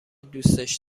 دوستش